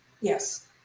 Yes